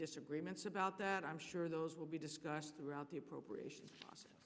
disagreements about that i'm sure those will be discussed throughout the appropriations